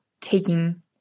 taking